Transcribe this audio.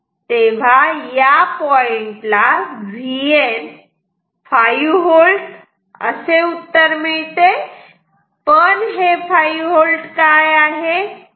तेव्हा या पॉइंट ला Vn 5V असे उत्तर मिळते पण हे 5V काय आहे